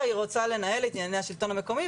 היא רוצה לנהל את הענייני השלטון המקומי,